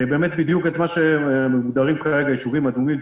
בדיוק איך מוגדרים כרגע יישובים אדומים,